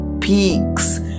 Peaks